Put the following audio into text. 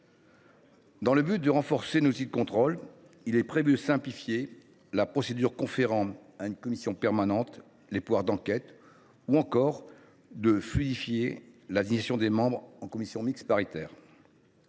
Afin de renforcer nos outils de contrôle, il est prévu de simplifier la procédure conférant à une commission permanente les pouvoirs d’une commission d’enquête, ou encore de fluidifier la désignation des membres des commissions mixtes paritaires.